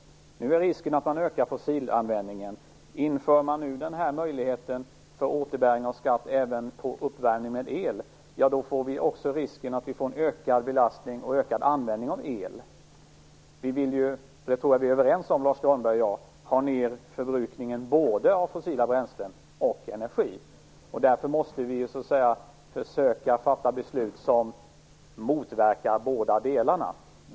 Nu är risken att man ökar fossilanvändningen. Om man nu inför den här möjligheten till återbäring på skatt även på uppvärmning med el, finns det risk för en ökad belastning och en ökad användning av el. Jag tror att Lars U Granberg och jag är överens om att vi vill ha ned förbrukningen både av fossila bränslen och av energi. Därför måste vi försöka fatta beslut som motverkar båda delarna.